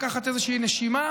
לקחת איזושהי נשימה,